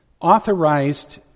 authorized